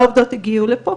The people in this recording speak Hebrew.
העובדות הגיעו לפה.